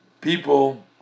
people